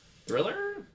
thriller